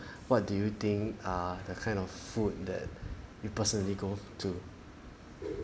what do you think are the kind of food that you personally go to